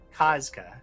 Kazka